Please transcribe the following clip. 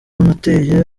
nateye